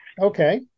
Okay